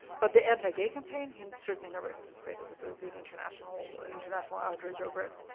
but the anti-gay campaign, he certainly never anticipated that there would be an international international outrage over it.